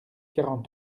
quarante